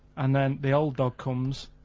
and then the old dog comes,